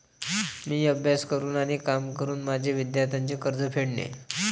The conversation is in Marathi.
मी अभ्यास करून आणि काम करून माझे विद्यार्थ्यांचे कर्ज फेडेन